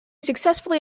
successfully